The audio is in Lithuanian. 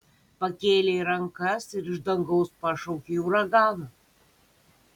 pakėlei rankas ir iš dangaus pašaukei uraganą